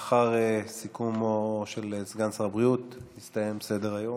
לאחר סיכומו של סגן שר הבריאות יסתיים סדר-היום,